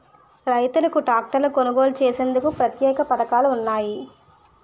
రైతులకు ట్రాక్టర్లు కొనుగోలు చేసేందుకు ప్రత్యేక పథకాలు ఉన్నాయా?